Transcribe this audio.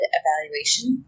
evaluation